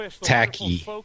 tacky